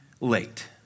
late